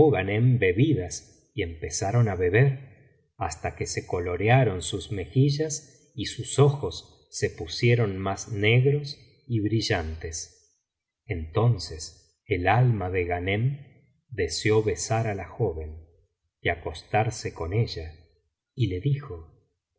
bebidas y empezaron á beber hasta que se colorearon sus mejillas y sus ojos se pusieron más negros y brillantes entonces el alma de ghanem deseó besar á la joven y acostarse con ella y le dijo